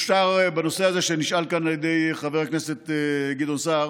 בנושא הזה שנשאלתי כאן על ידי חבר הכנסת גדעון סער,